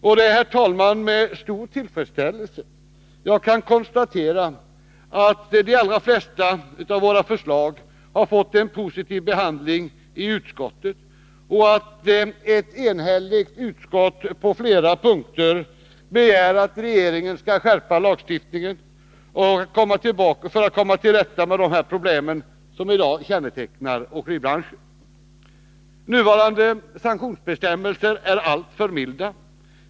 Det är, herr talman, med stor tillfredsställelse jag kan konstatera att de allra flesta av våra förslag fått en positiv behandling i utskottet och att ett enhälligt utskott på flera punkter begär att regeringen skall skärpa lagstiftningen för att man skall komma till rätta med de problem som i dag kännetecknar åkeribranschen. Nuvarande sanktionsbestämmelser är allför milda.